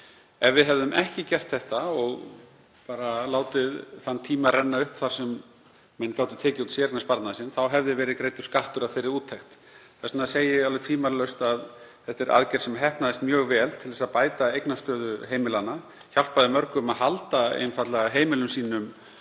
Ef við hefðum ekki gert þetta og bara látið þann tíma renna upp þar sem menn gátu tekið út séreignarsparnaðinn sinn hefði skattur verið greiddur af þeirri úttekt. Þess vegna segi ég alveg tvímælalaust að þetta er aðgerð sem heppnaðist mjög vel til að bæta eignastöðu heimilanna, hjálpaði mörgum að halda heimilum sínum